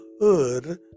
heard